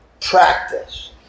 practice